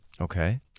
Okay